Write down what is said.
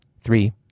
Three